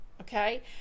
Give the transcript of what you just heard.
Okay